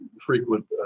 frequent